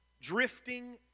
Drifting